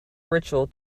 ritual